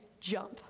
jump